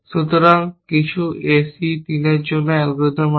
সুতরাং কিছু AC 3 এর জন্য অ্যালগরিদম আছে